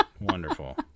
Wonderful